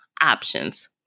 options